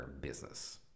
business